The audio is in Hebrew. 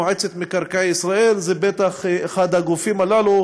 מועצת מקרקעי ישראל היא בטח אחד הגופים הללו,